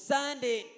Sunday